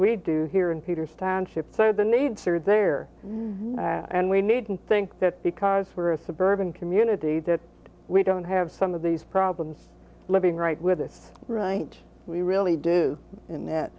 we do here in peter's township so the needs are there and we needn't think that because we're a suburban community that we don't have some of these problems living right with this right we really do in that